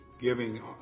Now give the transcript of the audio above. giving